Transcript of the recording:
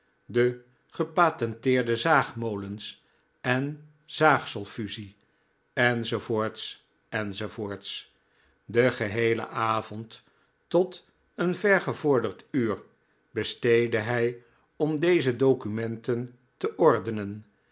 de gepatenteerde zaagmolens en zaagsel fusie enz enz den geheelen avond tot een vergevorderd uur besteedde hij om deze documenten te ordenen